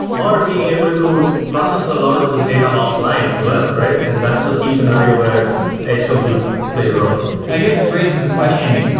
or being able to process a lot of this data offline as well, right? and that's a key scenario where edge compute plays a role i guess, this raises the question,